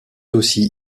aussi